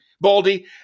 Baldy